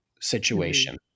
situation